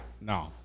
No